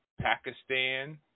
Pakistan